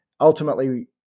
ultimately